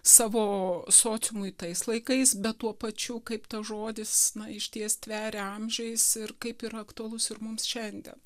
savo sociumui tais laikais bet tuo pačiu kaip tas žodis na išties tveria amžiais ir kaip yra aktualus ir mums šiandien